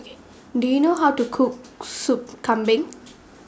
OK Do YOU know How to Cook Sup Kambing